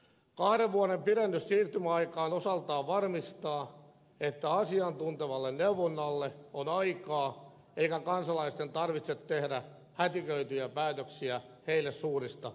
kahden vuoden pidennys siirtymäaikaan osaltaan varmistaa että asiantuntevalle neuvonnalle on aikaa eikä kansalaisten tarvitse tehdä hätiköityjä päätöksiä heille suurista investoinneista